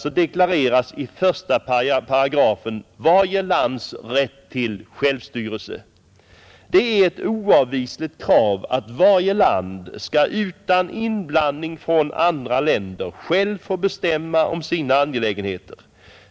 paragrafen varje lands rätt till självstyrelse. Det är ett oavvisligt krav att varje land skall utan inblandning från andra länder självt få bestämma om sina angelägenheter.